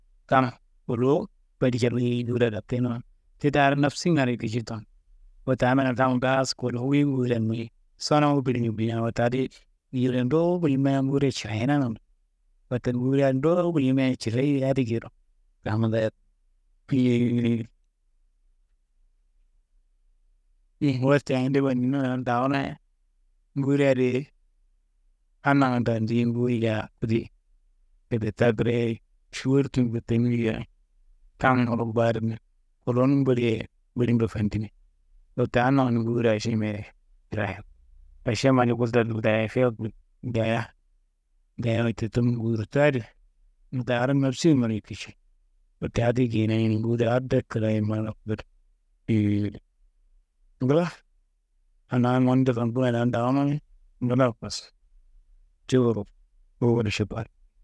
Kam kuluwu boli cal nguria daa tenuwa, ti daro nafsingaroye kici tunu. Wote adi nangando kamma ngaaso kuluwu ye nguria mayi, sonongu bolimbe mayi. Wote adiyi nduwu gullimia nguria cirayina nangando. Wote nguri adi nduwu gullimia cirayiye adi geyiro. Wote awonde mananena daan dawuno ye, nguria di adi nangando andiyi nguri daa kude feteta kira ye kam rumba rimi, kuluwunum boli ye bulim be fandimi, wote adi nangando nguri ašembea trayi, ašemma di bul tel daya fiyaku dayiya, dayiya wote tumu ngurita adi niyi daaro nafsinummaroye kici. Wote adi geyi nangando nguria addo kraye, ngla anaa manande wulkinea daan dawuno ye, ngla kosu jowuro.